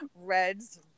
reds